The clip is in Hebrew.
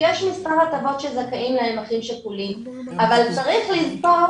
יש מספר הטבות שזכאים להן אחים שכולים אבל צריך לזכור